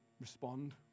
respond